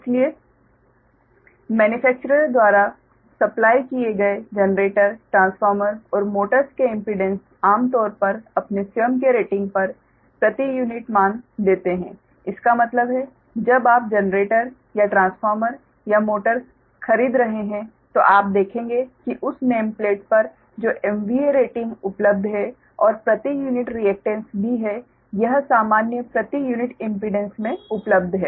इसलिए निर्माता द्वारा आपूर्ति किए गए जनरेटर ट्रांसफार्मर और मोटर्स के इम्पीडेंस आम तौर पर अपने स्वयं के रेटिंग पर प्रति यूनिट मान देते हैं इसका मतलब है जब आप जनरेटर या ट्रांसफार्मर या मोटर्स खरीद रहे हैं तो आप देखेंगे कि उस नेम प्लेट पर जो MVA रेटिंग उपलब्ध है और प्रति यूनिट रिएक्टेन्स भी है यह सामान्य प्रति यूनिट इम्पीडेंस में उपलब्ध है